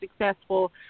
successful